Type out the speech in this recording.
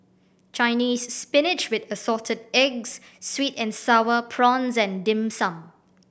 Chinese Spinach with Assorted Eggs sweet and Sour Prawns and Dim Sum